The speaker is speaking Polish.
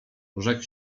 rzekł